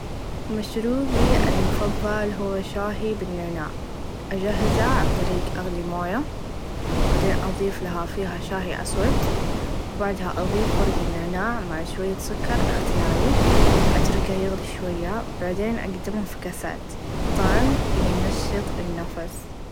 مشروبي المفظل هو شاهي بالنعناع أچهزه عن طريق أغلي مويا بعدين أظيفلها فيها شاهي أسود و بعدها أظيف ورق النعناع مع شويه سكر إختياري أتركها يغلي شويه بعدين أقدمهم في كاسات الطعم ينشط النفس.